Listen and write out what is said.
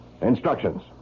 Instructions